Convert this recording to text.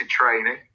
training